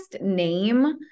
name